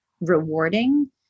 rewarding